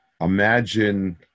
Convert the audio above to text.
Imagine